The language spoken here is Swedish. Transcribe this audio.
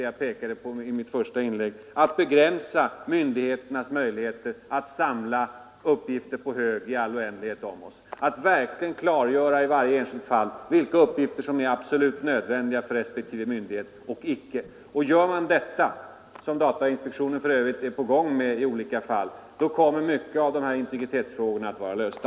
Jag pekade på det i mitt första inlägg, nämligen att begränsa myndigheternas möjligheter att på hög samla uppgifter om oss i all oändlighet. Det måste verkligen i varje särskilt fall klargöras vilka uppgifter som är absolut nödvändiga för respektive myndighet. Övriga uppgifter bör inte få samlas in. Sker ett sådant klargörande, vilket datainspektionen för övrigt är i färd med i olika fall, kommer många av integritetsproblemen att vara lösta.